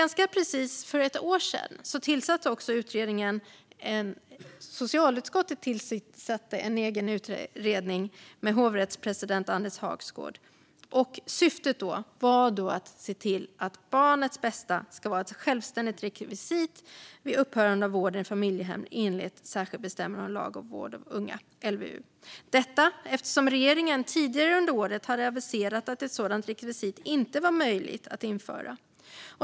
Ganska precis för ett år sedan tillsatte socialutskottet en egen utredning, med hovrättspresident Anders Hagsgård som utredare, med syftet att barnets bästa ska vara ett självständigt rekvisit vid upphörande av vård i familjehem enligt lagen med särskilda bestämmelser om vård av unga, LVU. Detta gjordes eftersom regeringen tidigare under året hade aviserat att ett sådant rekvisit inte var möjligt att införa.